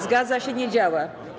Zgadza się, nie działa.